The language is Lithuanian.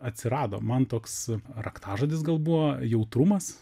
atsirado man toks raktažodis gal buvo jautrumas